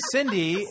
Cindy